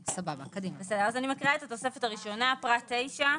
אז אני מקריאה את התוספת הראשונה, פרט 9: